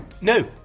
No